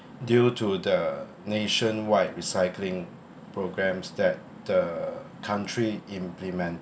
due to the nationwide recycling programs that the country